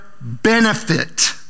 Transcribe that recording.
benefit